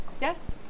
yes